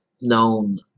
known